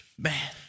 Man